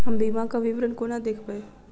हम बीमाक विवरण कोना देखबै?